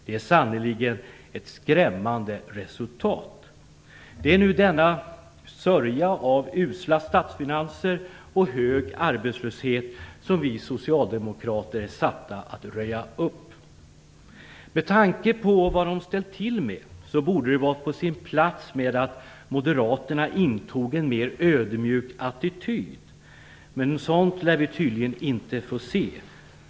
Det är sannerligen ett skrämmande resultat. Det är denna sörja av usla statsfinanser och hög arbetslöshet som vi socialdemokrater är satta att röja upp. Med tanke på vad de ställt till med borde det vara på sin plats att moderaterna intog en mer ödmjuk attityd, men något sådant lär vi tydligen inte få se.